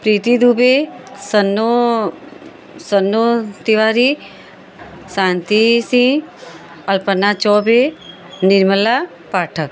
Preeti Dubey Sanno Sanno Tiwari Shanti Singh Aparna Choubey Nirmala Pathak